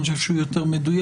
אני חושב שהוא יותר מדויק,